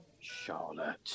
Charlotte